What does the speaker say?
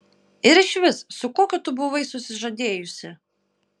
ir išvis su kokiu tu buvai susižadėjusi